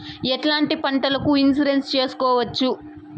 ఎట్లాంటి పంటలకు ఇన్సూరెన్సు చేసుకోవచ్చు?